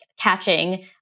catching